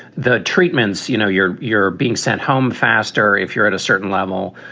the treatments, you know, you're you're being sent home. faster, if you're at a certain level,